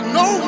no